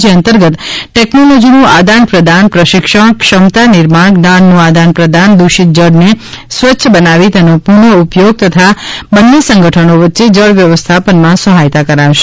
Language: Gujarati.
જે અંતર્ગત ટેકનોલોજી નું આદાન પ્રદાન પ્રશિક્ષણ ક્ષમતા નિર્માણ જ્ઞાનનું આદાન પ્રદાન દુષિત જળને સ્વચ્છ બનાવી તેનો પુનઃ ઉપયોગ તથા બંને સંગઠનો વચ્ચે જળ વ્યવસ્થાપનમાં સહાયતા કરાશે